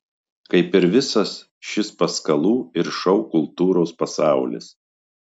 kaip ir visas šis paskalų ir šou kultūros pasaulis